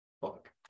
Fuck